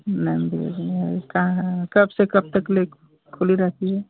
का जाने कब से कब तक ले खुली रहती हे